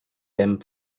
them